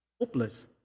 hopeless